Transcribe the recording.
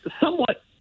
somewhat